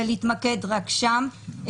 ולהתמקד רק שם.